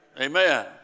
Amen